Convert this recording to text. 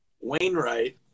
Wainwright